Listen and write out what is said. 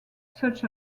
such